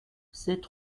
sept